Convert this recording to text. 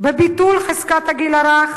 בביטול חזקת הגיל הרך,